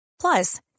Plus